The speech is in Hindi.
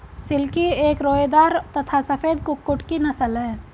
सिल्की एक रोएदार तथा सफेद कुक्कुट की नस्ल है